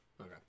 okay